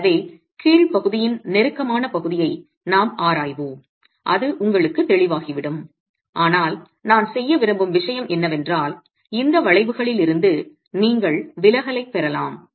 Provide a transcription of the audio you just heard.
எனவே கீழ் பகுதியின் நெருக்கமான பகுதியை நாம் ஆராய்வோம் அது உங்களுக்கு தெளிவாகிவிடும் ஆனால் நான் செய்ய விரும்பிய விஷயம் என்னவென்றால் இந்த வளைவுகளிலிருந்து நீங்கள் விலகலைப் பெறலாம்